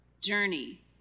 Journey